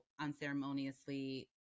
unceremoniously